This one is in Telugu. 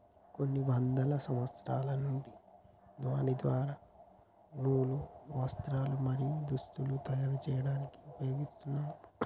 కొన్ని వందల సంవత్సరాల నుండి దీని ద్వార నూలు, వస్త్రాలు, మరియు దుస్తులను తయరు చేయాడానికి ఉపయోగిస్తున్నారు